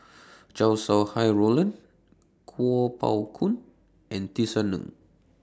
Chow Sau Hai Roland Kuo Pao Kun and Tisa Ng